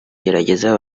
gereza